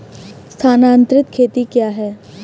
स्थानांतरित खेती क्या है?